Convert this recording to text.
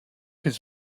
his